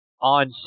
on